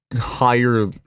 higher